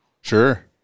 Sure